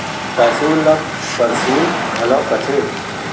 पैसुल ल परसुल घलौ कथें